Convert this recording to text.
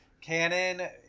Canon